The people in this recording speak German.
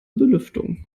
belüftung